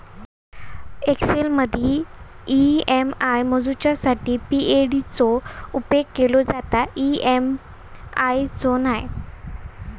एक्सेलमदी ई.एम.आय मोजूच्यासाठी पी.ए.टी चो उपेग केलो जाता, ई.एम.आय चो नाय